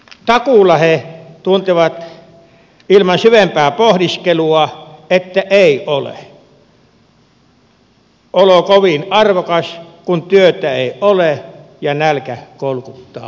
takuulla he tuntevat ilman syvempää pohdiskelua että ei ole olo kovin arvokas kun työtä ei ole ja nälkä kolkuttaa ovella